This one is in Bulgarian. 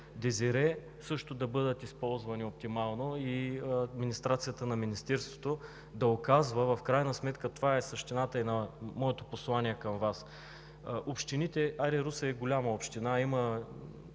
също да бъдат използвани оптимално и администрацията на Министерството да оказва… В крайна сметка това е същината и на моето послание към Вас: хайде, Русе е голяма община, има